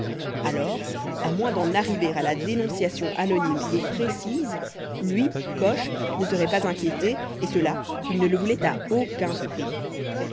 alors à moins d'en arriver à la dénonciation anonyme et précise lui coche ne serait pas inquiété et cela il ne le voulait à aucun prix